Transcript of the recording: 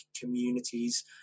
communities